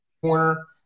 corner